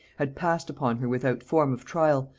had passed upon her without form of trial,